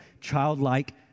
childlike